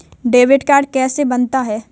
Debit card कैसे बनता है?